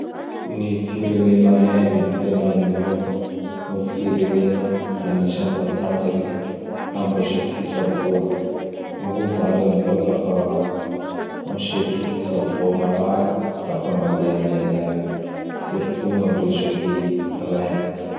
Gn ny firenena Inde gn henany zao gno firenena agnisan'ny matanjaky am resaky fitsaboa. Gn'olo zany am zao lafa am sehatry ny fisaboa marary dafa mandea an'Inde agny sirtout gn'ami resaky rein.